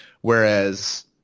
Whereas